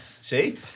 see